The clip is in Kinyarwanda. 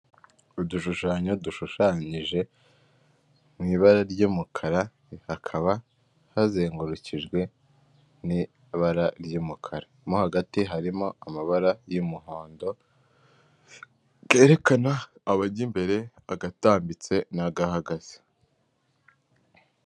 Udushushanyo dushushanyije mu ibara ry'umukara, hakaba hazengurukijwe n'ibara ry'umukara. Mo hagati harimo amabara y'umuhondo, kerekana abajya imbere, agatambitse n'agahagaze.